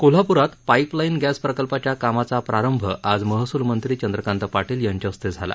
कोल्हापुरात pipe line गस्तप्रकल्पाच्या कामाचा प्रारंभ आज महसूलमंत्री चंद्रकांत पाटील यांच्या हस्ते झाला